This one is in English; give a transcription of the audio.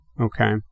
okay